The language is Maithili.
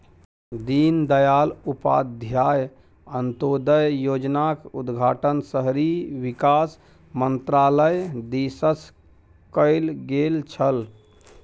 दीनदयाल उपाध्याय अंत्योदय योजनाक उद्घाटन शहरी विकास मन्त्रालय दिससँ कैल गेल छल